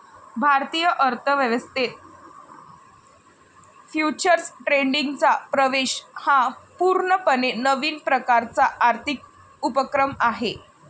भारतीय अर्थ व्यवस्थेत फ्युचर्स ट्रेडिंगचा प्रवेश हा पूर्णपणे नवीन प्रकारचा आर्थिक उपक्रम आहे